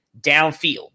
downfield